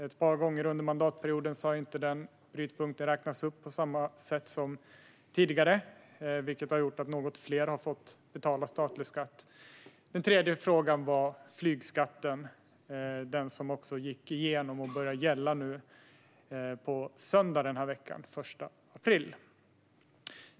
Ett par gånger under mandatperioden har den brytpunkten inte räknats upp på samma sätt som tidigare, vilket har gjort att något fler har fått betala statlig skatt. Den tredje frågan var flygskatten, som också gick igenom och börjar gälla nu på söndag, den 1 april.